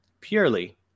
purely